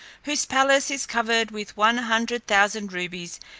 whose palace is covered with one hundred thousand rubies,